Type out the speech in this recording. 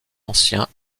ancien